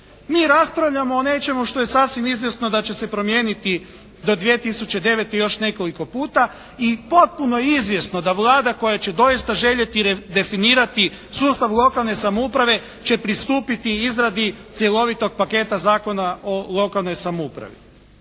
Mi raspravljamo o nečemu što je sasvim izvjesno da će se promijeniti do 2009. još nekoliko puta i potpuno je izvjesno da Vlada koja će doista željeti redefinirati sustav lokalne samouprave će pristupiti izradi cjelovitog paketa Zakona o lokalnoj samoupravi.